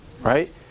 right